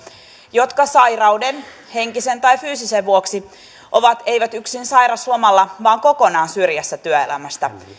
jotka sairauden henkisen tai fyysisen vuoksi eivät ole yksin sairauslomalla vaan kokonaan syrjässä työelämästä